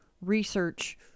research